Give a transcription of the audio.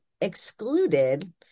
excluded